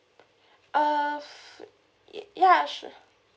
uh food y~ ya sure